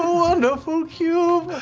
wonderful cube,